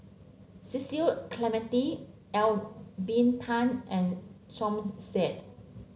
Cecil Clementi Lelvin Tan and Som Said